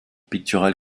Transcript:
pictural